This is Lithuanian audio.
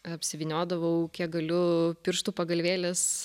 apsivyniodavau kiek galiu pirštų pagalvėlės